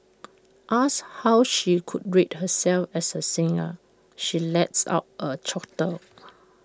asked how she would rate herself as A singer she lets out A chortle